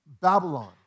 Babylon